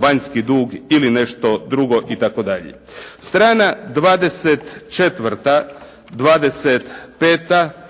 vanjski dug ili nešto drugo itd. Strana 24., 25.